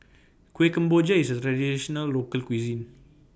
Kueh Kemboja IS A Traditional Local Cuisine